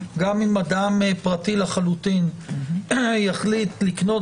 שגם אם אדם פרטי לחלוטין יחליט לקנות